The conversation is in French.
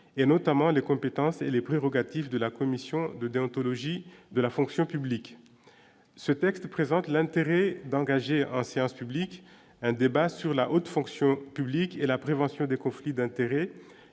et notamment les compétences et les prérogatives de la commission de déontologie de la fonction publique, ce texte présente l'intérêt d'engager en séance publique, un débat sur la haute fonction publique et la prévention des conflits d'intérêts,